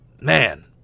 Man